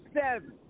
seven